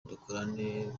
dukorane